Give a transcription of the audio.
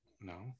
No